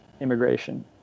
immigration